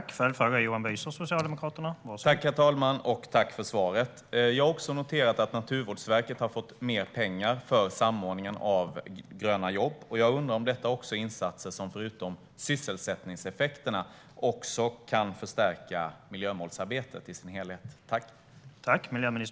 Herr talman! Tack, miljöministern, för svaret! Jag har också noterat att Naturvårdsverket har fått mer pengar för samordningen av gröna jobb. Jag undrar om även detta är insatser som förutom sysselsättningseffekterna kan förstärka miljömålsarbetet i dess helhet.